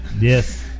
Yes